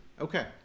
Okay